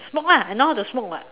smoke ah I know how to smoke [what]